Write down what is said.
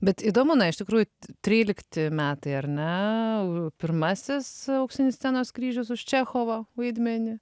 bet įdomu na iš tikrųjų trylikti metai ar ne pirmasis auksinis scenos kryžius už čechovo vaidmenį